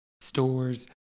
stores